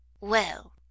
Well